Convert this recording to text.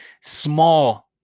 small